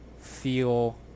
feel